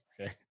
Okay